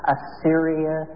Assyria